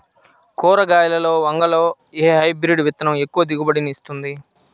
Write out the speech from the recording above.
కూరగాయలలో వంగలో ఏ హైబ్రిడ్ విత్తనం ఎక్కువ దిగుబడిని ఇస్తుంది?